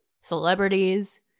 celebrities